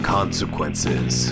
Consequences